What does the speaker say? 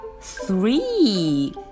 Three